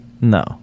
No